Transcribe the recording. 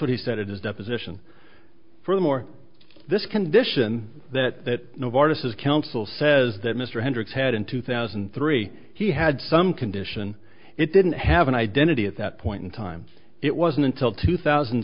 what he said it is deposition furthermore this condition that novartis is counsel says that mr hendricks had in two thousand and three he had some condition it didn't have an identity at that point in time it wasn't until two thousand